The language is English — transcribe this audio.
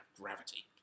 gravity